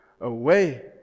away